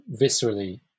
viscerally